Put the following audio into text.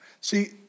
See